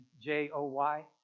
J-O-Y